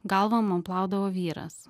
galvą man plaudavo vyras